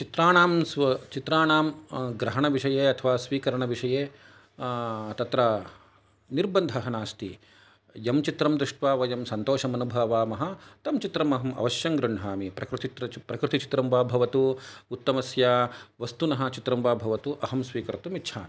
चित्राणां स्व् चित्राणां ग्रहणविषये अथवा स्वीकरणविषये तत्र निर्बन्धः नास्ति यं चित्रं दृष्ट्वा वयं सन्तोषम् अनुभवामः तं चित्रम् अहम् अवश्यं गृह्णामि प्रकृत् प्रकृतिचित्रं वा भवतु उत्तमस्य वस्तुनः चित्रं वा भवतु अहं स्वीकर्तुम् इच्छामि